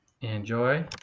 Enjoy